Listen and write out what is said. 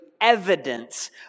evidence